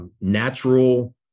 natural